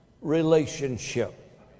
relationship